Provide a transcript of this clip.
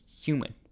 human